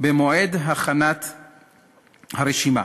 במועד הכנת הרשימה.